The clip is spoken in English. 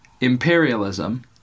imperialism